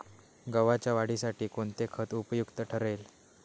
गव्हाच्या वाढीसाठी कोणते खत उपयुक्त ठरेल?